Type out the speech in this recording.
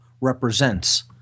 represents